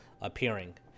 appearing